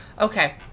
Okay